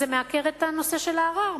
זה מעקר את נושא הערר.